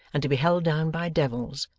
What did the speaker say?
and to be held down by devils,